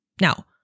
Now